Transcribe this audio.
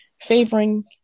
favoring